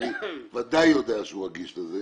אני ודאי יודע שהוא רגיש לזה